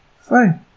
fine